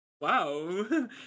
wow